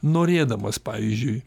norėdamas pavyzdžiui